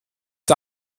der